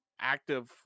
active